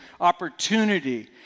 opportunity